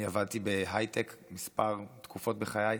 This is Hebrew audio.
אני עבדתי בהייטק מספר תקופות בחיי,